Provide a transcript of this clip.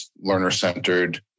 learner-centered